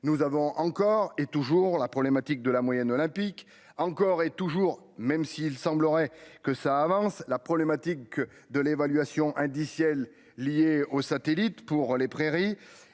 nous avons encore et toujours la problématique de la moyenne olympique encore et toujours, même s'il semblerait que ça avance, la problématique de l'évaluation indiciel lié au satellite pour les prairies